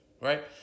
right